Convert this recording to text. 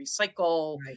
recycle